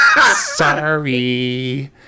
Sorry